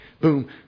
boom